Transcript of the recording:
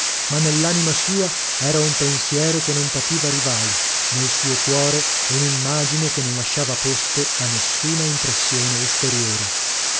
ma nell'anima sua era un pensiero che non pativa rivali nel suo cuore un'immagine che non lasciava posto a nessuna impressione esteriore